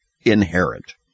inherent